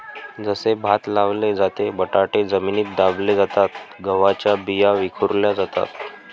जसे भात लावले जाते, बटाटे जमिनीत दाबले जातात, गव्हाच्या बिया विखुरल्या जातात